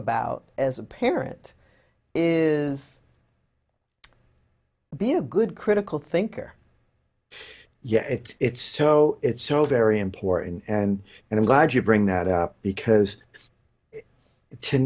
about as a parent is being a good critical thinker yes it's so it's so very important and and i'm glad you bring that up because to